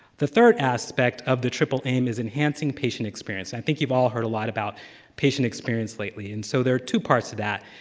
the third aspect of the triple aim is enhancing patient experience, and i think you've all heard a lot about patient experience lately, and so there are two parts to that,